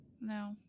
no